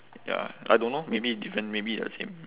ya I don't know maybe different maybe the same